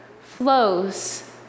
flows